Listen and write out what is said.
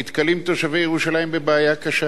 נתקלים תושבי ירושלים בבעיה קשה.